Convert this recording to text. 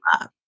up